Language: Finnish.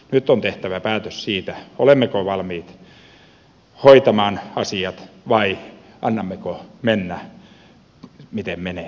nyt on tehtävä päätös siitä olemmeko valmiita hoitamaan asiat vai annammeko mennä miten menee